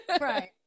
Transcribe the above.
right